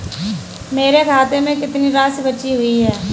मेरे खाते में कितनी राशि बची हुई है?